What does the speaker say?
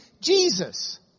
Jesus